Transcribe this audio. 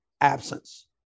absence